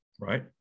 Right